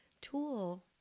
tool